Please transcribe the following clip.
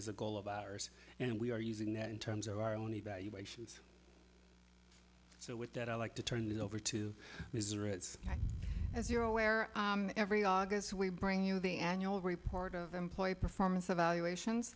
is a goal of ours and we are using that in terms of our own evaluations so with that i'd like to turn it over to his roots as you're aware every august we bring you the annual report of employee performance evaluations